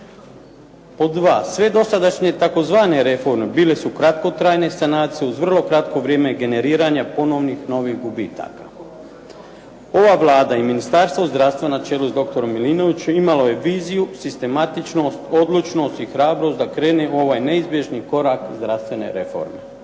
Pod dva, sve dosadašnje tzv. reforme bile su kratkotrajne sanacije uz vrlo kratko vrijeme generiranja ponovnih novih gubitaka. Ova Vlada i Ministarstvo zdravstva na čelu s doktorom Milinovićem imalo je viziju, sistematičnost, odlučnost i hrabrost da krene u ovaj neizbježni korak zdravstvene reforme.